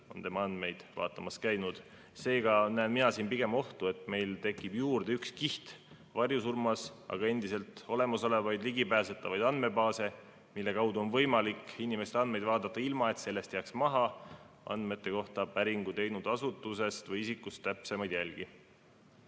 on tema andmeid vaatamas käinud. Seega näen mina siin pigem ohtu, et meil tekib juurde üks kiht varjusurmas, aga endiselt olemasolevaid ja ligipääsetavaid andmebaase, mille kaudu on võimalik inimeste andmeid vaadata, ilma et sellest jääks maha andmete kohta päringu teinud asutusest või isikust täpsemaid jälgi. Aga